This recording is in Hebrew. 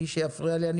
ואם מישהו יפריע לי,